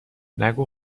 نگو